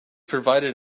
provided